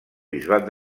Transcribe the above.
bisbat